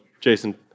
Jason